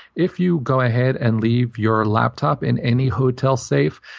if you go ahead and leave your laptop in any hotel safe,